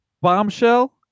Bombshell